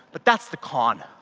but that's the con.